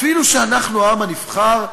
אפילו שאנחנו העם הנבחר,